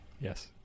Yes